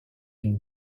une